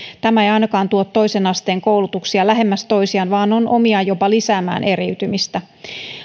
tämä ei ainakaan tuo toisen asteen koulutuksia lähemmäs toisiaan vaan on omiaan jopa lisäämään eriytymistä